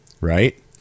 Right